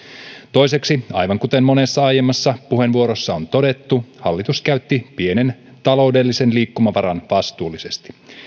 toiseksi aivan kuten monessa aiemmassa puheenvuorossa on todettu hallitus käytti pienen taloudellisen liikkumavaran vastuullisesti